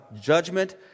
judgment